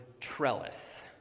trellis